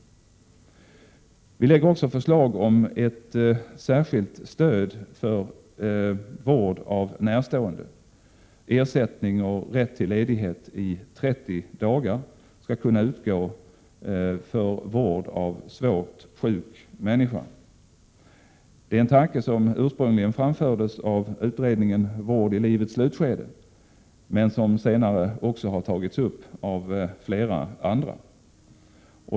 Vi lägger också fram förslag om ett särskilt stöd för vård av närstående. Ersättning och rätt till ledighet i 30 dagar skall kunna utgå för vård av svårt sjuk människa. Det är en tanke som ursprungligen framfördes av utredningen Vård i livets slutskede men som senare också har tagits upp av flera andra.